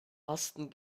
karsten